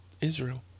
israel